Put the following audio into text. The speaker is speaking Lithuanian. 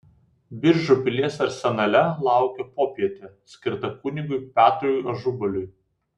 biržų pilies arsenale laukė popietė skirta kunigui petrui ažubaliui